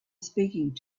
speaking